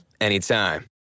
anytime